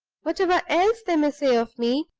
whatever else they may say of me,